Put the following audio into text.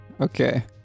Okay